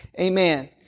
Amen